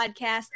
podcast